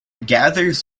gathers